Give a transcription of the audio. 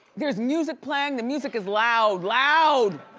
there's music playing, the music is loud, loud!